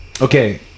Okay